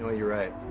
ah you're right.